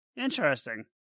Interesting